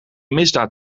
misdaad